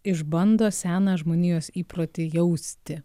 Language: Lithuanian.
išbando seną žmonijos įprotį jausti